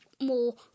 more